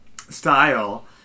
style